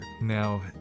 Now